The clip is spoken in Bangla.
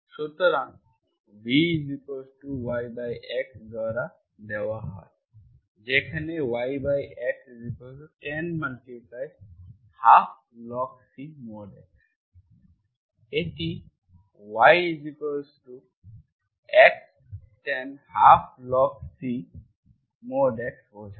সুতরাং v v YX দ্বারা দেওয়া হয় যেখানে YXtan 12log C X এটি YX tan 12log C X বোঝায়